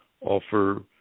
offer